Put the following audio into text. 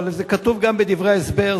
אבל זה כתוב גם בדברי ההסבר,